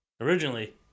Originally